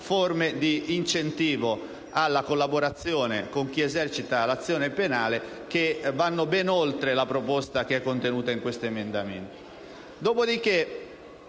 forme di incentivo alla collaborazione con chi esercita l'azione penale che vanno ben oltre la proposta contenuta nell'emendamento